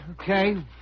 Okay